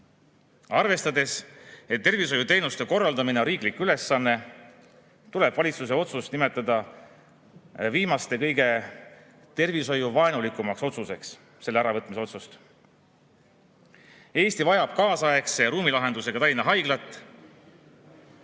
Arvestades, et tervishoiuteenuste korraldamine on riiklik ülesanne, tuleb valitsuse otsust nimetada kõige tervishoiuvaenulikumaks otsuseks, selle äravõtmise otsust. Eesti vajab kaasaegse ruumilahendusega Tallinna Haiglat.